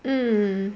mm